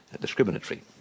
discriminatory